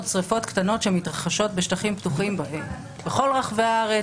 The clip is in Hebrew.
שריפות קטנות שמתרחשות בשטחים פתוחים בכול רחבי הארץ.